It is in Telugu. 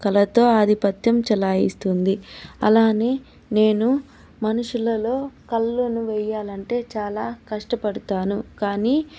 కళతో ఆధిపత్యం చెలాయిస్తుంది అలాగే నేను మనుషులలో కళ్ళను వేయాలంటే చాలా కష్టపడుతాను కానీ